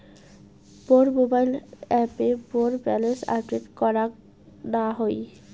মোর mobile অ্যাপে মোর balance update করাং না হই